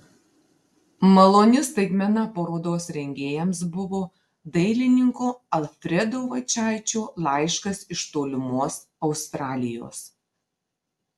maloni staigmena parodos rengėjams buvo dailininko alfredo vaičaičio laiškas iš tolimos australijos